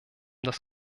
das